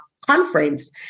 conference